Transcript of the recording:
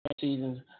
seasons